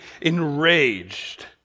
enraged